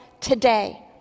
today